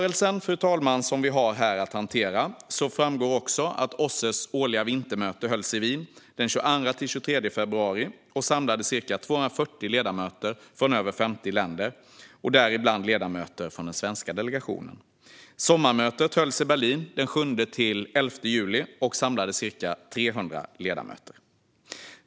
Av den redogörelse som vi här har att hantera framgår att OSSE:s årliga vintermöte hölls i Wien den 22-23 februari och samlade ca 240 ledamöter från över 50 länder, däribland ledamöter från den svenska delegationen. Sommarmötet hölls den 7-11 juli i Berlin och samlade ca 300 ledamöter.